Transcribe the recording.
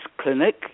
clinic